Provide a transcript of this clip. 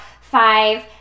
five